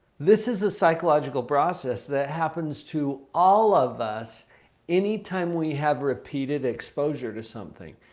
this is a psychological process that happens to all of us anytime we have repeated exposure to something.